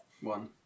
One